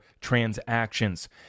transactions